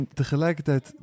tegelijkertijd